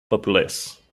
populace